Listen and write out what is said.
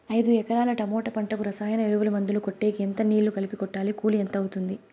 ఐదు ఎకరాల టమోటా పంటకు రసాయన ఎరువుల, మందులు కొట్టేకి ఎంత నీళ్లు కలిపి కొట్టాలి? కూలీ ఎంత అవుతుంది?